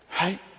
right